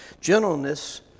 gentleness